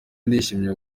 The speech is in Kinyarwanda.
ndishimye